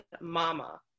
mama